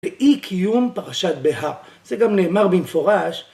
ואי קיום פרשת בהר, זה גם נאמר במפורש.